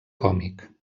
còmic